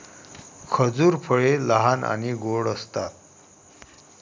खजूर फळे लहान आणि गोड असतात